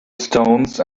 stones